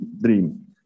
dream